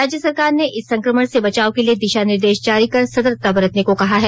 राज्य सरकार ने इस संक्रमण से बचाव के लिए दिशा निर्देश जारी कर सतर्कता बरतने को कहा है